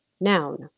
noun